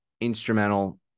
instrumental